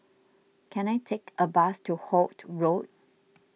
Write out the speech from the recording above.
can I take a bus to Holt Road